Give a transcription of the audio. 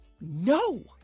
No